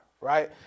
Right